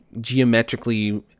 geometrically